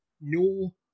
no